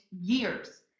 years